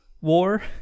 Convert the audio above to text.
war